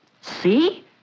See